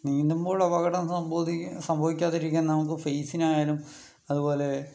നീന്തുമ്പോൾ അപകടം സംഭോതി സംഭവിക്കാതിരിക്കാൻ നമുക്ക് ഫെയിസിനായാലും അതുപോലെ